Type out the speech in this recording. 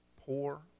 poor